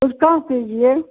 discount कीजिये